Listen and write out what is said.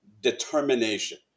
determination